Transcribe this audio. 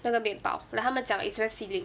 那个面包 like 他们讲 it's very filling